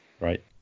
Right